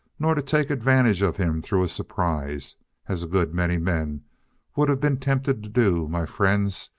nor to take advantage of him through a surprise as a good many men would have been tempted to do, my friends,